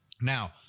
Now